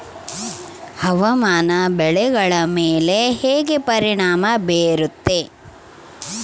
ಹವಾಮಾನ ಬೆಳೆಗಳ ಮೇಲೆ ಹೇಗೆ ಪರಿಣಾಮ ಬೇರುತ್ತೆ?